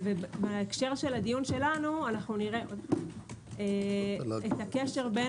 בהקשר הדיון שלנו נראה את הקשר בין